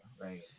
right